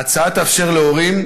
ההצעה תאפשר להורים,